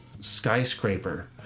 skyscraper